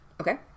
Okay